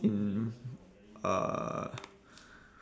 in uh